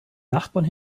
nachbarn